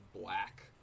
black